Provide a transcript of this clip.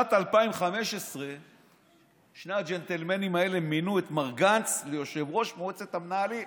בשנת 2015 שני הג'נטלמנים האלה מינו את מר גנץ ליושב-ראש מועצת המנהלים.